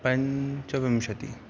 पञ्चविंशतिः